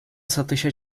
satışa